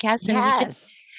Yes